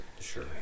Sure